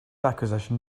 acquisition